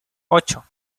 ocho